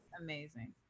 amazing